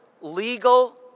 legal